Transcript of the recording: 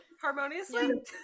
Harmoniously